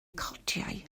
gotiau